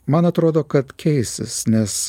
man atrodo kad keisis nes